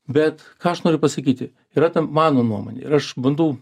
bet ką aš noriu pasakyti yra ta mano nuomonė ir aš bandau